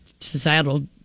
societal